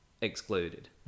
excluded